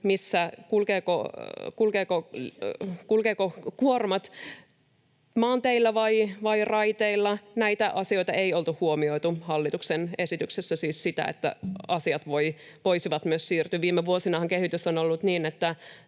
kulkevatko kuormat maanteillä vai raiteilla. Näitä asioita ei oltu huomioitu hallituksen esityksessä, siis sitä, että asiat voisivat myös siirtyä. Viime vuosinahan kehitys on mennyt niin, että